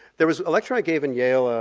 there was a lecture i gave in yale, ah